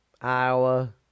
Iowa